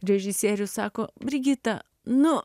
režisierius sako brigita nu